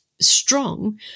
strong